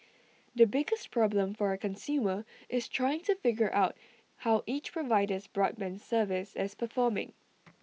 the biggest problem for A consumer is trying to figure out how each provider's broadband service is performing